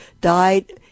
died